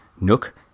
Nook